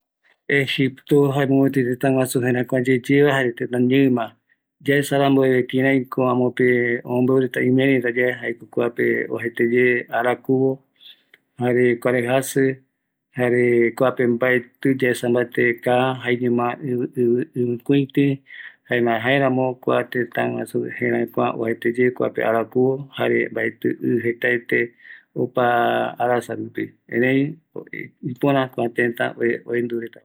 Egipto jaevi jëräkua yeyeva, kuape yaesa va jaeko ɨvɨtɨti yepeai, jaërämo oajaete araku, mbaetɨvi ama oaete, ëreï oïme oiko reta kua tëtäpeva